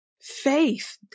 faith